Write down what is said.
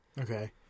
Okay